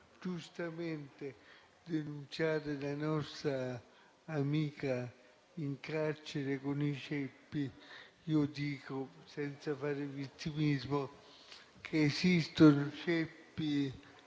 giustamente denunciare la nostra amica in carcere con i ceppi, io dico, senza fare vittimismo, che esistono ceppi